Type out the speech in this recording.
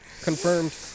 confirmed